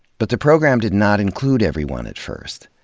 but the program did not include everyone at first.